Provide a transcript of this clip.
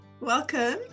Welcome